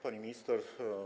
Pani Minister!